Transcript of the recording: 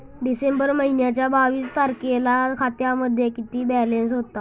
डिसेंबर महिन्याच्या बावीस तारखेला खात्यामध्ये किती बॅलन्स होता?